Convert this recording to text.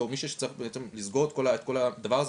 בתור מישהו שצריך בעצם לסגור את כל הדבר הזה